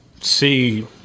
see